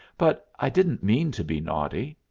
but i didn't mean to be naughty.